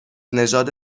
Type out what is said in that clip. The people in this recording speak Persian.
نژاد